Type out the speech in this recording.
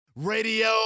Radio